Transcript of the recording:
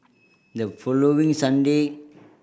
the following Sunday